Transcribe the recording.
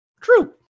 True